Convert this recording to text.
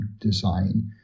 design